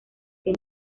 gen